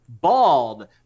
Bald